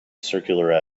circular